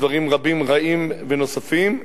דברים רבים רעים ונוספים,